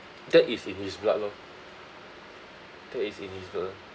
that is in his blood lor that is in his blood